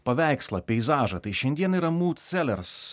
paveikslą peizažą tai šiandien yra mūd selers